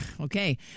Okay